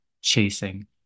chasing